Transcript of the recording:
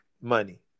money